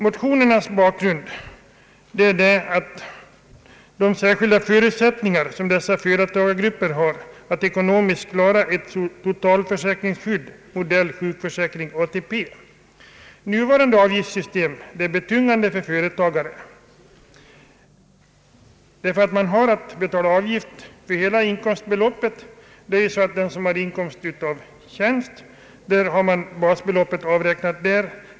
Motionernas bakgrund är de särskilda förutsättningar som dessa företagargrupper har att ekonomiskt klara ett totalförsäkringsskydd, modell sjukförsäkring och ATP. Nuvarande avgiftssystem är betungande för företagarna därför att de måste betala avgift för hela inkomstbeloppet sedan basbeloppet avräknats.